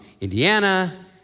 Indiana